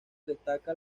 destaca